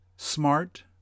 Smart